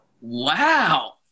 Wow